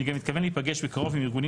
אני גם מתכוון להיפגש בקרוב עם ארגונים